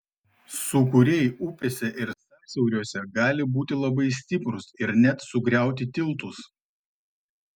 sūkuriai upėse ir sąsiauriuose gali būti labai stiprūs ir net sugriauti tiltus